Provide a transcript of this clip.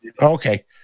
Okay